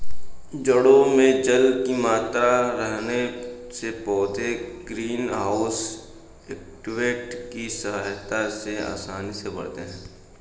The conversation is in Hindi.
जड़ों में जल की मात्रा रहने से पौधे ग्रीन हाउस इफेक्ट की सहायता से आसानी से बढ़ते हैं